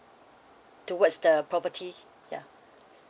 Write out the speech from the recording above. towards the property ya